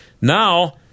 Now